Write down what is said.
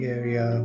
area